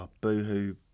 Boohoo